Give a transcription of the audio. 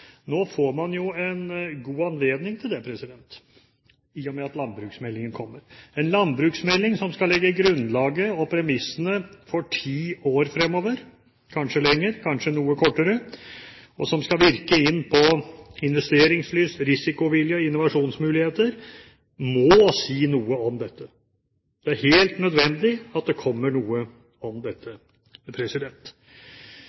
Nå får man jo en god anledning til det i og med at landbruksmeldingen kommer. En landbruksmelding som skal legge grunnlaget og premissene for ti år fremover – kanskje lenger, kanskje noe kortere – og som skal virke inn på investeringslyst, risikovilje og innovasjonsmuligheter, må si noe om dette. Det er helt nødvendig at det kommer noe om